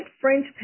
French